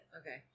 Okay